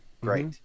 great